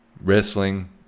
wrestling